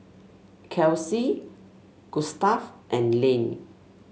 Kelsey Gustaf and Lane